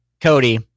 Cody